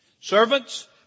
Servants